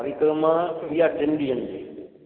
परिक्रमा कंदी आहे टिन ॾींहंनि जी